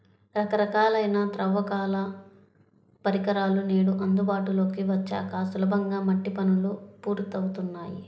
రకరకాలైన తవ్వకాల పరికరాలు నేడు అందుబాటులోకి వచ్చాక సులభంగా మట్టి పనులు పూర్తవుతున్నాయి